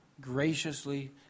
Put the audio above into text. graciously